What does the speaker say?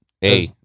Hey